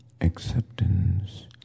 acceptance